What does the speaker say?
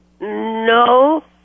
No